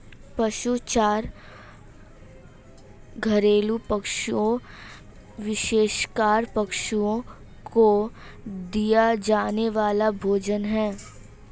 पशु चारा घरेलू पशुओं, विशेषकर पशुओं को दिया जाने वाला भोजन है